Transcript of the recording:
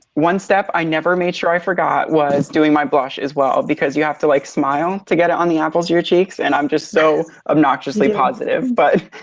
one step i never made sure i forgot was doing my blush as well, because you have to like smile to get it on the apples of your cheeks. and i'm just so obnoxiously positive. but